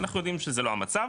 אנחנו יודעים שזה לא המצב,